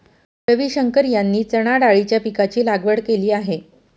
रविशंकर यांनी चणाडाळीच्या पीकाची लागवड केली आहे